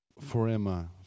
Forever